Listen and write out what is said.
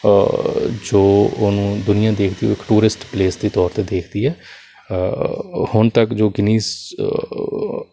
ਜੋ ਉਹਨੂੰ ਦੁਨੀਆ ਦੇਖਦੀ ਉਹ ਇੱਕ ਟੂਰਿਸਟ ਪਲੇਸ ਦੇ ਤੌਰ 'ਤੇ ਦੇਖਦੀ ਹੈ ਹੁਣ ਤੱਕ ਜੋ ਗਿਨੀਜ਼